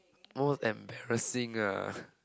most embarrassing ah